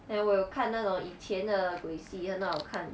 then 我有看那种以前的鬼戏也很好看